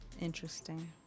interesting